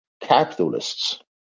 capitalists